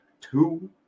two